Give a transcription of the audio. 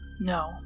No